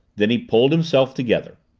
then he pulled himself together.